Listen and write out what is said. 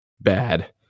Bad